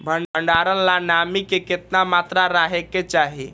भंडारण ला नामी के केतना मात्रा राहेके चाही?